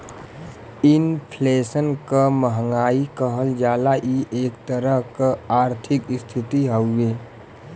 inflation क महंगाई कहल जाला इ एक तरह क आर्थिक स्थिति हउवे